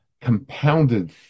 compounded